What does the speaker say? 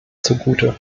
zugute